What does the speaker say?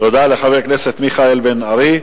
תודה לחבר הכנסת מיכאל בן-ארי.